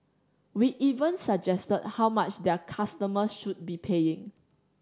we even suggested how much their customers should be paying